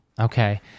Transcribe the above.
Okay